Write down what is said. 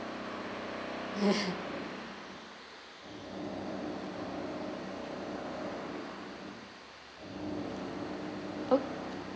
oh